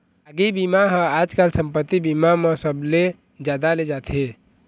आगी बीमा ह आजकाल संपत्ति बीमा म सबले जादा ले जाथे